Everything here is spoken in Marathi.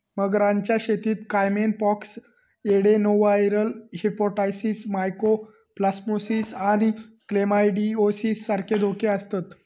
मगरांच्या शेतीत caiman pox, adenoviral hepatitis, mycoplasmosis आणि क्लेमायडिओसिस सारखे धोके आसतत